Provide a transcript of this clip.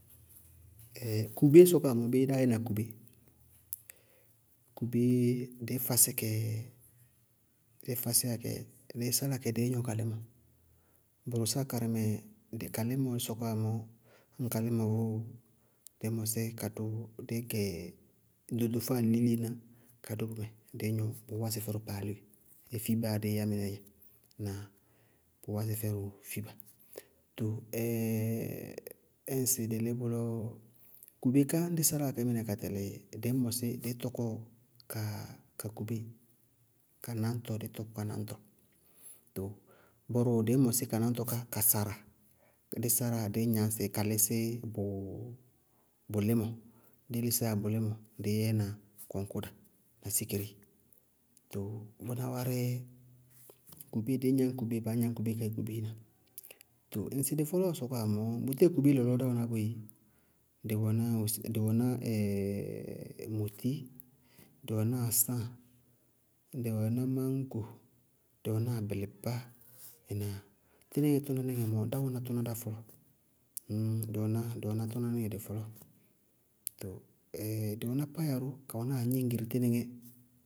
kubéé sɔkɔwá mɔɔ béé dáá yɛna kubé? Kubé, dɩí fasí kɛ, dɩí fasí á kɛ- dɩí sála kɛ dɩí gnɔ ka límɔ. Bʋrʋ sáa karɩmɛ, dɩí ka límɔɔ sɔkɔwá mɔɔ, ñŋ ka lɩmɔ vʋʋ, dɩí mɔsɩ ka dʋ, díí gɛ ɖoɖofáa liílená ka dʋ bʋmɛ dɩí ŋɔ bʋʋ wásɩ fɛdʋ paalíi, ɛ fíbaá dɩí yá mɩnɛɛ dzɛ, ŋná bʋʋ wásɩ fɛdʋ fíba. Too ñŋsɩ dɩ lí bʋlɔ, kubé ká dí sáláa kɛ mɩnɛ ka tɛlɩ, dɩí mɔsí, dɩí tɔkɔ ka ka kubé, ka náñtɔ dɩí tɔkɔ ka náñtɔ, too bʋrʋ dɩí mɔsɩ ka náñtɔ ka ka sáráa, dí sáráa, díí gnaŋsɩ ka lísí bʋ bʋ límɔ, dí lísíyá bʋ límɔ, díí yɛna kɔŋkɔda na sikiri, too bʋná wárɩ, kubé dɩí gnañ kubé, baá gnañ kubé ka yú kubé biina. Too ŋsɩ dɩ fɔlɔɔ sɔkɔwá mɔɔ, bʋtɛɛ kubé lɔlɔɔ dɩ wɛná boé! Dɩ wɛná moti, dɩ wɛná asáŋ, dɩ wɛná máñgo, dɩ wɛná abɩlɩbá. Ɩnáa? Tínɩŋɛ tʋnáníŋɛ mɔɔ dɩ wɛná tʋná dá fɔlɔɔ, dɩ wɛná, dɩ wɛná tʋnáníŋɛ dɩ fɔlɔɔ, too dɩ wɛná payaro ka wɛná gningírí tʋnáníŋɛ.